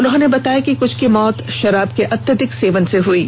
उन्होंने बताया कि क्छ की मौत शराब के अत्यधिक सेवन से हुई है